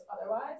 otherwise